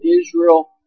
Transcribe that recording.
Israel